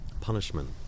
punishment